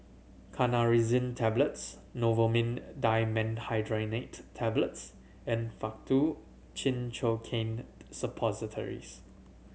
Tablets Novomin Dimenhydrinate Tablets and Faktu Cinchocaine Suppositories